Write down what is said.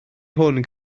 hwn